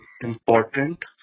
important